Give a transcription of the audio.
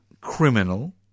criminal